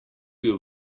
bil